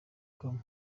com